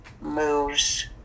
moves